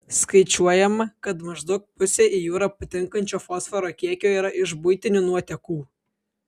skaičiuojama kad maždaug pusė į jūrą patenkančio fosforo kiekio yra iš buitinių nuotekų